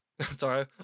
sorry